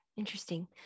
Interesting